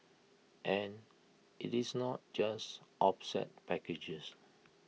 and IT is not just offset packages